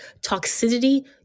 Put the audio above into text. Toxicity